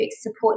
support